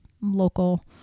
local